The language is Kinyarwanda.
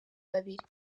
babiri